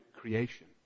creation